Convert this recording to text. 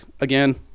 again